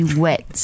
wet